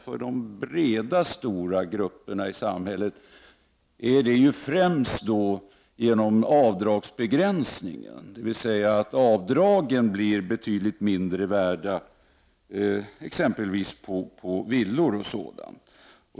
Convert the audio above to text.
För de breda grupperna blir detta främst aktuellt genom avdragsbegränsningen, dvs. att avdragen på exempelvis villor blir betydligt mindre värda.